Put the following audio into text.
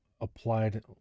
applied